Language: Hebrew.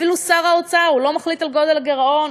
אפילו שר האוצר לא מחליט על גודל הגירעון,